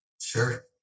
Sure